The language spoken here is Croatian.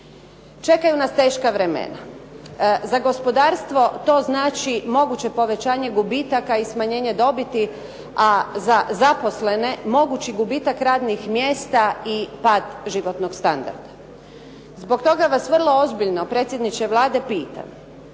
Čekaju nas teška vremena. Za gospodarstvo to znači moguće povećanje gubitaka i smanjenje dobiti, a za zaposlene mogući gubitak radnih mjesta i pad životnog standarda. Zbog toga vas vrlo ozbiljno predsjedniče Vlade pitam